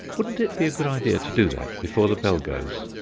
wouldn't it be a good idea to do that, before the bell goes?